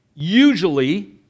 Usually